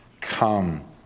Come